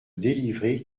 délivré